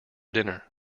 dinner